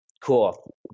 cool